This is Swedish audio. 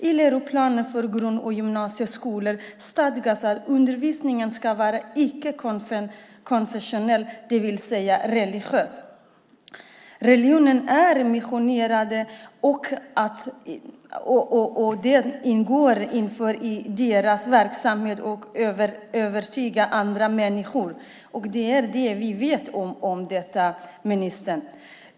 I läroplaner för grund och gymnasieskolor stadgas att undervisningen ska vara icke-konfessionell, det vill säga icke-religiös. Religionen är missionerande, och det ingår i deras verksamhet att övertyga andra människor. Det vet vi, ministern.